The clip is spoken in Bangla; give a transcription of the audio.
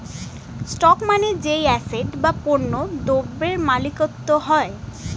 স্টক মানে যেই অ্যাসেট বা পণ্য দ্রব্যের মালিকত্ব হয়